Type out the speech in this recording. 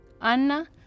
Anna